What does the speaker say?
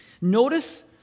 Notice